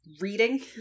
reading